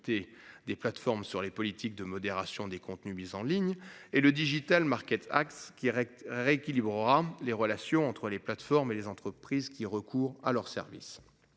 des plateformes sur les politiques de modération des contenus mis en ligne et le Digital Markets Act qui rééquilibrera les relations entre les plateformes et les entreprises qui recourent à leurs services.